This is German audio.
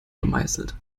gemeißelt